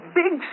big